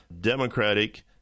Democratic